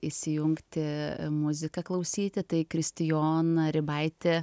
įsijungti muziką klausyti tai kristijoną ribaitį